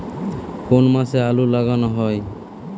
কোন মাসে আলু লাগানো হয়?